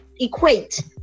equate